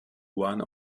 one